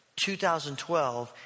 2012